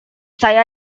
saya